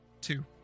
Two